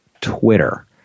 Twitter